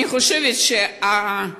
אני חושבת שמנהלת